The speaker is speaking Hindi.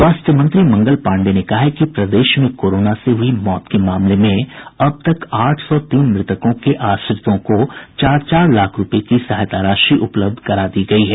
स्वास्थ्य मंत्री मंगल पांडेय ने कहा है कि प्रदेश में कोरोना से हुई मौत के मामले में अब तक आठ सौ तीन मृतकों के आश्रितों को चार चार लाख रूपये की सहायता राशि उपलब्ध करा दी गयी है